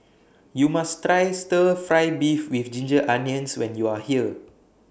YOU must Try Stir Fry Beef with Ginger Onions when YOU Are here